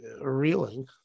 reeling